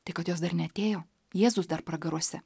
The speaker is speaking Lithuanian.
tai kad jos dar neatėjo jėzus dar pragaruose